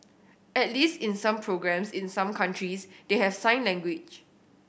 at least in some programmes in some countries they have sign language